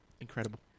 Incredible